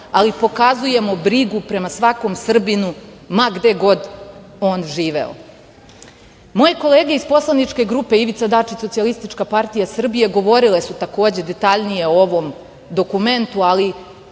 ali pokazujemo brigu prema svakom Srbinu ma gde god on živeo. Moje kolege iz poslaničke grupe Ivica Dačić – Socijalistička partija Srbije, govorile su takođe detaljnije o ovom dokumentu, ali